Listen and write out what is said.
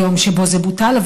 היום שבו זה בוטל,